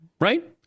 Right